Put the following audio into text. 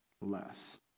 less